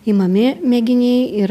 imami mėginiai ir